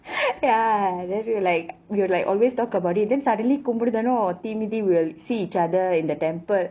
ya then we will like we will like always talk about it then suddenly கும்புடுதல் தீ மிதியல்:kumbuduthal thee mithiyal will see each other in the temple